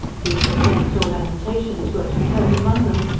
few complaints or lamentations were to be heard among them,